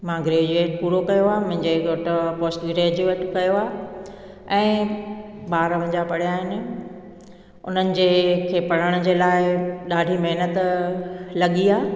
मां ग्रेजुएट पूरो कयो आहे मुंहिंजे घोटु पोस्ट ग्रैजुएट कयो ऐं ॿार मुंहिंजा पढ़िया आहिनि उन्हनि जे खे पढ़नि जे लाइ ॾाढी महिनत लॻी आहे